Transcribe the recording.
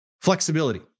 flexibility